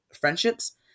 friendships